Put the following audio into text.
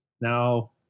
Now